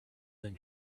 than